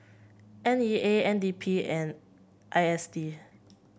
N E A N D P and I S D